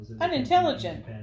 unintelligent